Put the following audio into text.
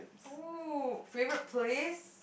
!woo! favorite place